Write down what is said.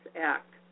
Act